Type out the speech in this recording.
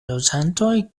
loĝantoj